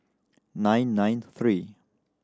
nine nine three